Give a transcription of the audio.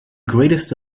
greatest